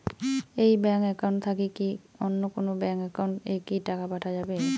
এই bank account থাকি কি অন্য কোনো ব্যাংক একাউন্ট এ কি টাকা পাঠা যাবে?